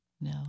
No